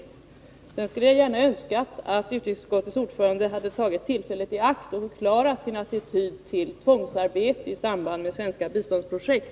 Sedan skulle jag gärna önskat att utrikesutskottets ordförande hade tagit tillfället i akt att förklara sin attityd till tvångsarbete i samband med svenska biståndsprojekt.